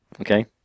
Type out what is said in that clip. Okay